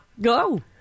Go